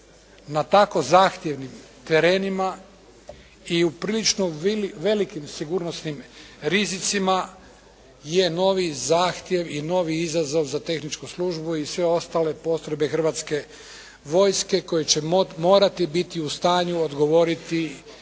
na tako zahtjevnim terenima i u prilično velikim sigurnosnim rizicima je novi zahtjev i novi izazov za tehničku službu i sve ostale postrojbe Hrvatske vojske koji će morati biti u stanju odgovoriti